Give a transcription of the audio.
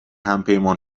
همپیمان